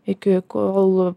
iki kol